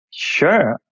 Sure